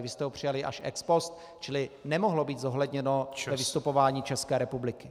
Vy jste ho přijali až ex post , čili nemohlo být zohledněno ve vystupování České republiky.